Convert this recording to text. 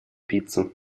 пиццу